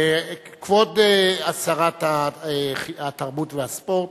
כבוד שרת התרבות והספורט,